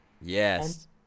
Yes